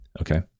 Okay